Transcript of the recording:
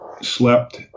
slept